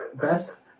best